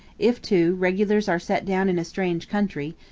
if, too, regulars are set down in a strange country,